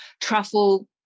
truffle